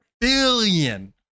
Billion